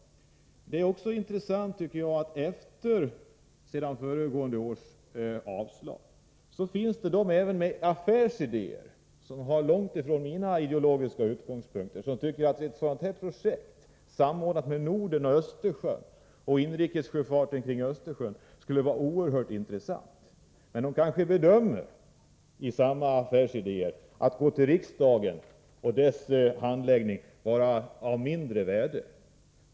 Jag tycker att det är intressant att det efter föregående års avslag finns personer med affärsidéer, som långt ifrån har mina ideologiska utgångspunkter men som ändå tycker att ett sådant här projekt, samordnat med Norden och Östersjön och inrikessjöfarten i Östersjön, skulle vara oerhört intressant. Men i samma veva kanske man gör bedömningen att riksdagens handläggning är av mindre värde.